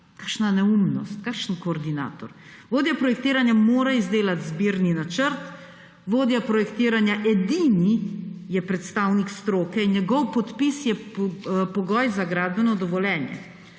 Kakšna neumnost, kakšen koordinator? Vodja projektiranja mora izdelati zbirni načrt, vodja projektiranja je edini predstavnik stroke in njegov podpis je pogoj za gradbeno dovoljenje.